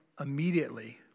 immediately